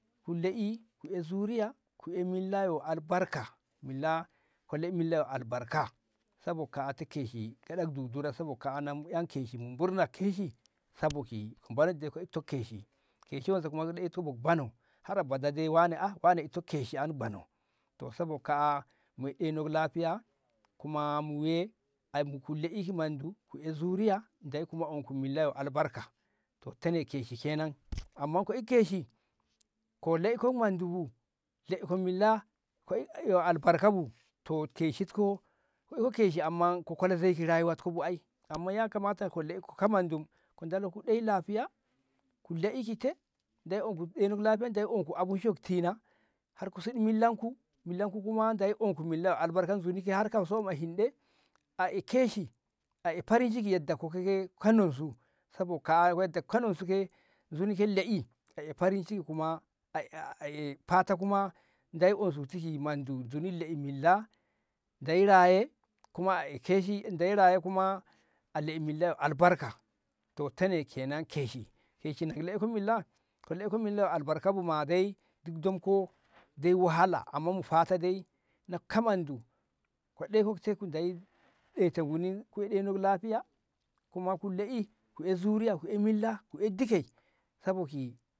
kula'i ku ai zuriya ku ai milla yo albarka milla ka la'i milla yo albarka sabo kaa'a ita keshi gyaɗak dudura sabo kaa'a na mu an keshi mu murnak keshi saboki banak dai iko keshi keshi wonso ka itat bo bano har abada dai wane itkok keshi an bano to sabo kaa'a moi ɗeinok lahiya kuma mo we ku la'ik mandu ku we zuriya Deyi ku onku milla ki yo albarka to tene keshi kenan amman ka it keshi ka laikok mandu bu laiko milla ka iko yo albarka bu to keshi k ɗo keshi ne amman ka itkok keshi amman ka kola zai bu ai amma yakamata ka kah mandu ka ɗeyi lahiya ka la'ik te Deyi onku abinci ki te yo ku tina ki millah yo albarka har a e keshi a e farinciki yadda ka ko ke yadda ka nonsu ka nonsu ka ai farinciki farinciki kuma a ai fata kuma Deyi onsu ki milla Deyi raye kuma a ai farinciki kuma a ai la'i ki yo albarka to tane kenan keshi keshi na nan iko ne ka laiko milla ka laiko milla yo albarka bu kuma ma'a dai duk domko yo wahala amma mu fata dai na ka mandu ku ɗeyi ki ita yo Dai ku ina ɗeno lahiya kuma ku la'i ku ai zuriya ku ai milla ku ai duke